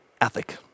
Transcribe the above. ethic